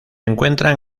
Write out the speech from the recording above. encuentran